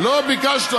לא ביקשת.